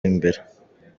imbere